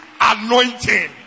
anointing